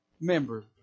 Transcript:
member